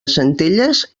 centelles